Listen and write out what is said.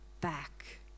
back